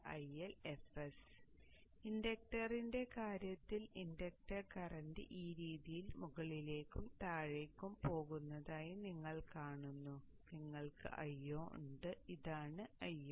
അതിനാൽ ഇൻഡക്ടറിന്റെ കാര്യത്തിൽ ഇൻഡക്ടർ കറന്റ് ഈ രീതിയിൽ മുകളിലേക്കും താഴേക്കും പോകുന്നതായി നിങ്ങൾ കാണുന്നു ഇവിടെ നിങ്ങൾക്ക് Io ഉണ്ട് ഇതാണ് Io